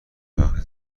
وقت